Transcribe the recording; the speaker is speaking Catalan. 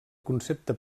concepte